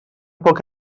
poc